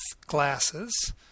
glasses